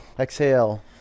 Exhale